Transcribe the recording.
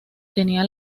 tenía